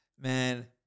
Man